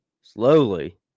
slowly